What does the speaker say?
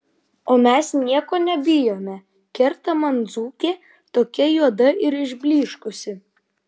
o mes nieko nebijome kerta man dzūkė tokia juoda ir išblyškusi